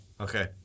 okay